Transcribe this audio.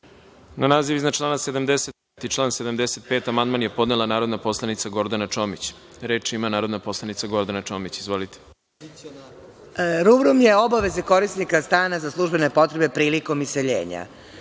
Na naziv iznad člana 75. i član 75. amandman je podnela narodni poslanik Gordana Čomić. Reč ima narodni poslanik Gordana Čomić. Izvolite. **Gordana Čomić** Rubrum je „Obaveze korisnika stana za službene potrebe prilikom iseljenja“.